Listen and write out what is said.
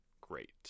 great